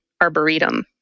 Arboretum